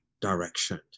direction